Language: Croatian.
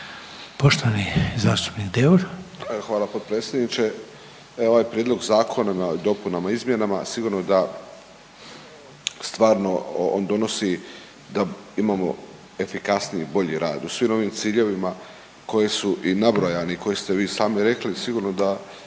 Poštovani zastupnik Pavić.